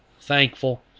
thankful